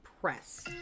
press